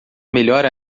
melhor